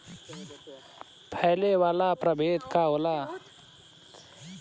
फैले वाला प्रभेद का होला?